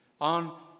on